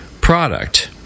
product